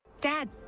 dad